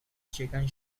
chicken